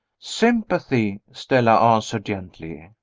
sympathy, stella answered gently.